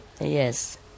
yes